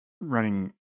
running